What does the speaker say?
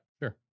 sure